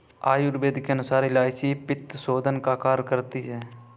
आयुर्वेद के अनुसार इलायची पित्तशोधन का कार्य करती है